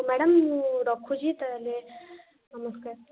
ହେଉ ମ୍ୟାଡ଼ମ ମୁଁ ରଖୁଛି ତା'ହେଲେ ନମସ୍କାର